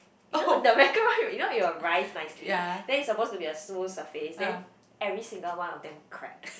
you know the macaroon you know it will rise nicely then it suppose to be a smooth surface then every single one of them cracked